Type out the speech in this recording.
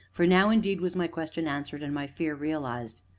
for now indeed was my question answered, and my fear realized.